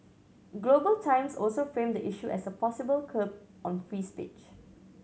Global Times also framed the issue as a possible curb on free speech